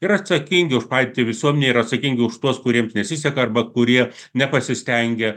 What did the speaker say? yra atsakingi už padėtį visuomenėje ir atsakingi už tuos kuriems nesiseka arba kurie nepasistengia